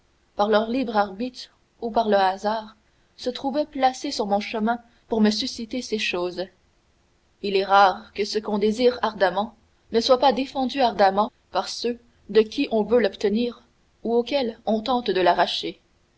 par leur libre arbitre ou par le hasard se trouvaient placés sur mon chemin pour me susciter ces choses il est rare que ce qu'on désire ardemment ne soit pas défendu ardemment par ceux de qui on veut l'obtenir ou auxquels on tente de l'arracher